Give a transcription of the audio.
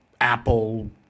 Apple